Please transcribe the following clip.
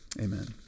Amen